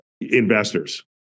investors